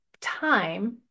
time